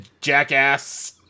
jackass